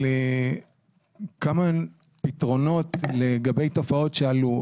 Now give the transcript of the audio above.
על כמה פתרונות לגבי תופעות שהיו.